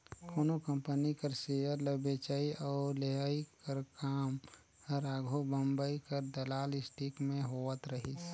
कोनो कंपनी कर सेयर ल बेंचई अउ लेहई कर काम हर आघु बंबई कर दलाल स्टीक में होवत रहिस